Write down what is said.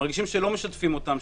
מרגישים שלא משתפים אותם,